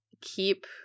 keep